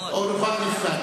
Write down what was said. נוכח-נפקד.